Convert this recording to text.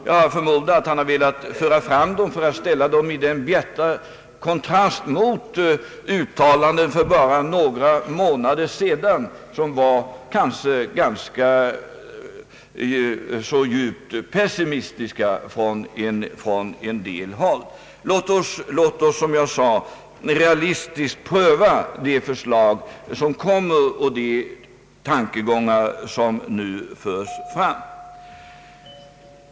Jag förmodar att han har velat föra fram dem för att ställa dem i bjärt kontrast mot andra uttalanden, som från en del håll gjordes för bara några månader sedan och som var ganska djupt pessimistiska. Låt oss, som jag sade, realistiskt pröva de förslag och de tankegångar som nu förs fram.